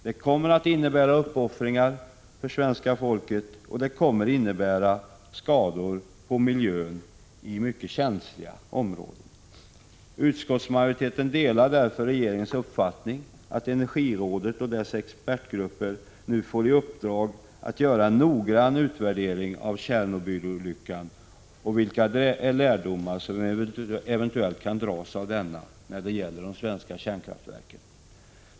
Det kommer att innebära uppoffringar för svenska folket, och det kommer att innebära skador på miljön i mycket känsliga områden. Utskottsmajoriteten delar därför regeringens uppfattning att energirådet och dess expertgrupper nu får i uppdrag att göra en noggrann utvärdering av Tjernobylolyckan och vilka lärdomar som eventuellt kan dras av denna när det gäller de svenska kärnkraftverken.